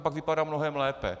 To pak vypadá mnohem lépe.